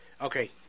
Okay